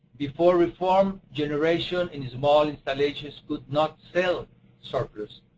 before reform, generation in small installations could not sell surplus.